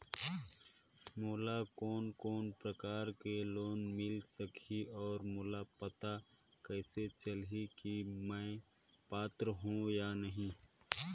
मोला कोन कोन प्रकार के लोन मिल सकही और मोला पता कइसे चलही की मैं पात्र हों या नहीं?